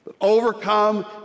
Overcome